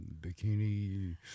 Bikini